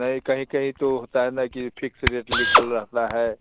नहीं कहीं कहीं तो होता है ना कि फिक्स रेट लिखा रहता है